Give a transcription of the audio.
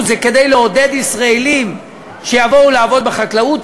בא לעודד ישראלים שיבואו לעבוד בחקלאות.